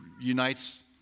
unites